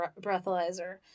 breathalyzer